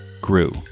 grew